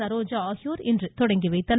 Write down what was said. சரோஜா ஆகியோர் இன்று தொடங்கி வைத்தனர்